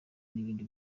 n’ibindi